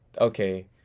Okay